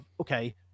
okay